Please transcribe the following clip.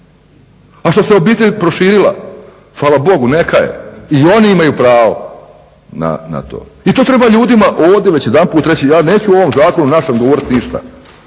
a što se obitelj proširila hvala Bogu neka je i oni imaju pravo na to. I to treba ljudima ovdje već jedanput reći. Ja neću o ovom zakonu našem govoriti ništa,